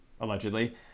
allegedly